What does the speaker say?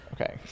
okay